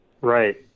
Right